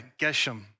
Geshem